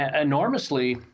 enormously